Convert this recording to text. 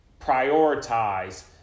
prioritize